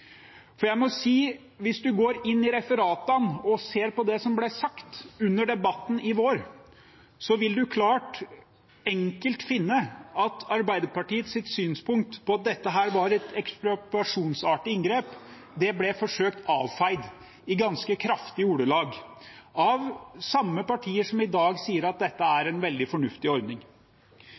hvis man går til referatene og ser på det som ble sagt under debatten i vår, vil man enkelt finne at Arbeiderpartiets synspunkt om at dette var et ekspropriasjonsartet inngrep, ble forsøkt avfeid i ganske kraftige ordelag av de samme partier som i dag sier at dette er en veldig fornuftig ordning.